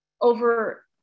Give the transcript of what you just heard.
over